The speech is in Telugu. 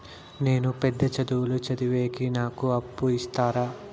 నేను పెద్ద చదువులు చదివేకి నాకు అప్పు ఇస్తారా